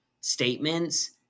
statements